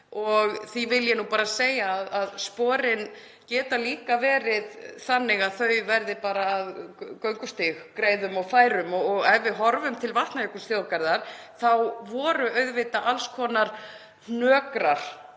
Því vil ég bara segja að sporin geta líka verið þannig að þau verði bara að göngustíg, greiðum og færum. Ef við horfum til Vatnajökulsþjóðgarðar þá voru auðvitað alls konar hnökrar